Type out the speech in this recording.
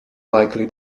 likely